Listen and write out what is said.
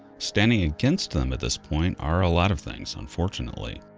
standing against them at this point are a lot of things, unfortunately.